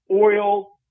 oil